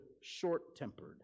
short-tempered